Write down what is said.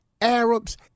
Arabs